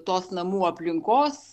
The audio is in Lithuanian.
tos namų aplinkos